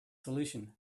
solution